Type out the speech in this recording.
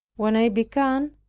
when i began,